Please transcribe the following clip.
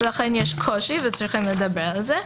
לכן יש קושי וצריך לדבר על זה.